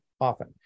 often